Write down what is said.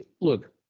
look